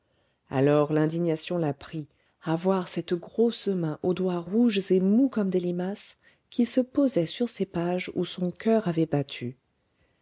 alors l'indignation la prit à voir cette grosse main aux doigts rouges et mous comme des limaces qui se posait sur ces pages où son coeur avait battu